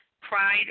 pride